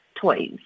toys